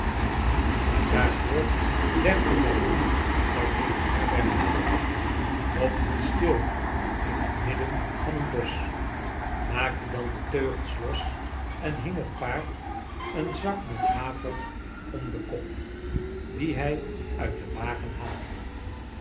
maar daarvoor legden wij niet bij eene herberg aan bob hield stil in het midden van een bosch maakte dan de teugels los en hing het paard een zak met haver om den kop dien hij uit den wagen haalde